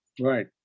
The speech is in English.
Right